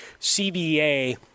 cba